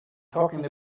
talking